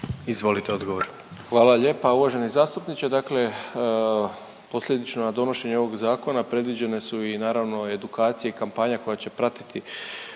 Ivan (HDZ)** Hvala lijepa uvaženi zastupniče. Dakle, posljedično na donošenje ovog zakona predviđene su naravno i edukacije, kampanja koje će pratiti